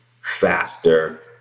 faster